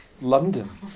London